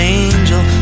angel